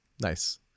Nice